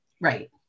Right